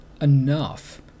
enough